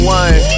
one